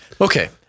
Okay